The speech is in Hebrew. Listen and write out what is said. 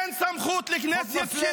אין סמכות לכנסת.